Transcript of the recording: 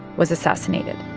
was assassinated.